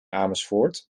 amersfoort